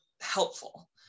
helpful